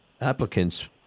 applicants